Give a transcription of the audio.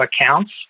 accounts